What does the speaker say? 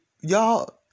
y'all